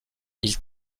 ils